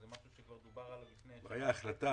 זה משהו שכבר דובר עליו לפני --- הייתה החלטה,